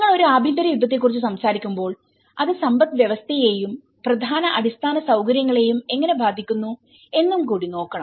നിങ്ങൾ ഒരു ആഭ്യന്തരയുദ്ധത്തെക്കുറിച്ച് സംസാരിക്കുമ്പോൾ അത് സമ്പദ്വ്യവസ്ഥയെയും പ്രധാന അടിസ്ഥാന സൌകര്യങ്ങളെയും എങ്ങനെ ബാധിക്കുന്നു എന്നും കൂടി നോക്കണം